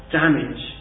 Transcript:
damage